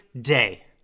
day